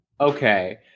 Okay